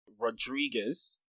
Rodriguez